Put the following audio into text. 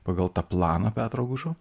pagal tą planą petro gužo